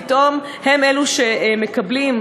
פתאום הם אלה שמקבלים.